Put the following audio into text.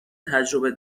تجربه